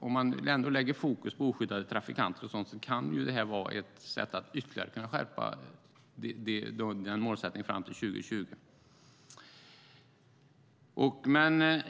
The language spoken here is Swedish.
Om man ändå lägger fokus på oskyddade trafikanter är det ett sätt att ytterligare skärpa målet fram till 2020.